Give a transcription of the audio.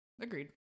Agreed